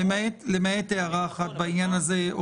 נכון, למעט הערה אחת בעניין הזה.